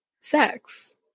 sex